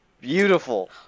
Beautiful